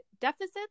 deficits